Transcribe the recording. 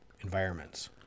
environments